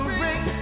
bring